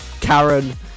Karen